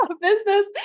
business